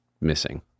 missing